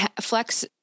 flex